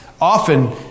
often